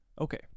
okay